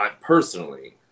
personally